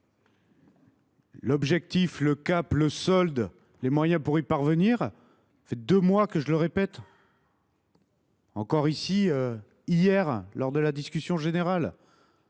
L’objectif, le cap, le solde, les moyens pour y parvenir, cela fait deux mois que je les répète, et encore ici hier, lors de la discussion générale.